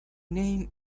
name